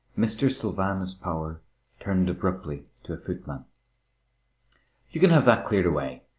mr. sylvanus power turned abruptly to a you can have that cleared away,